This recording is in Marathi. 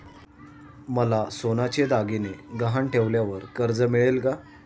मला सोन्याचे दागिने गहाण ठेवल्यावर कर्ज मिळेल का?